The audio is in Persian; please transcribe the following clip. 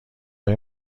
های